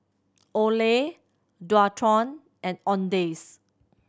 Olay Dualtron and Owndays